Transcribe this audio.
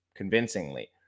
Convincingly